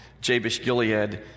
Jabesh-Gilead